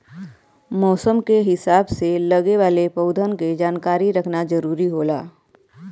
मौसम के हिसाब से लगे वाले पउधन के जानकारी रखना जरुरी होला